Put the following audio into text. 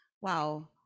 Wow